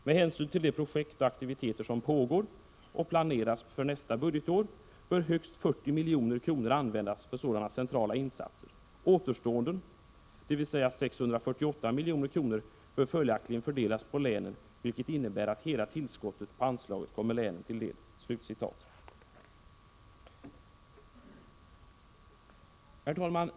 Med hänsyn till de projekt och aktiviteter som pågår och planerats bör för nästa budgetår högst 40 milj.kr. användas för sådana centrala insatser. Återstoden, dvs. 648 milj.kr., bör följaktligen fördelas på länen vilket innebär att hela tillskottet på anslaget kommer länen till del.” Herr talman!